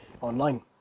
online